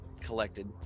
collected